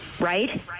right